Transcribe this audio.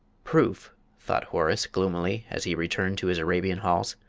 proof! thought horace, gloomily, as he returned to his arabian halls,